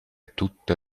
tutte